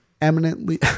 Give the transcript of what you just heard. eminently